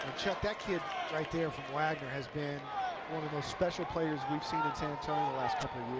that kid from wagner has been one of those special players we've seen in san antonio the last